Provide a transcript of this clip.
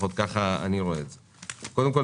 לפחות כך אני רואה את זה: קודם כול,